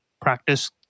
practice